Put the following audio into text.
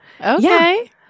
Okay